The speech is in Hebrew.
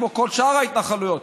כמו שאר ההתנחלויות,